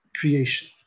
creation